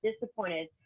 disappointed